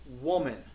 woman